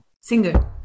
singer